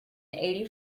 eighty